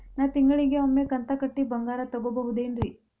ನಾ ತಿಂಗಳಿಗ ಒಮ್ಮೆ ಕಂತ ಕಟ್ಟಿ ಬಂಗಾರ ತಗೋಬಹುದೇನ್ರಿ?